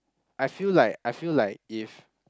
I feel like I feel like if